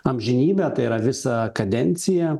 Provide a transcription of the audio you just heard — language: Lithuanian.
amžinybę tai yra visą kadenciją